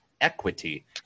equity